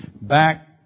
Back